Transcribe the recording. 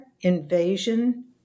invasion